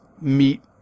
meet